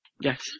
Yes